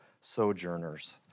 sojourners